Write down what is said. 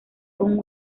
con